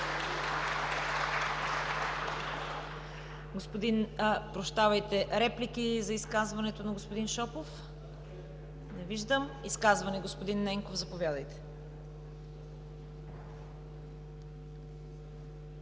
(Ръкопляскания.) Реплики за изказването на господин Шопов? Не виждам. Изказване – господин Ненков, заповядайте.